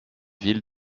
villes